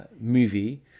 movie